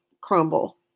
crumble